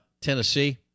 Tennessee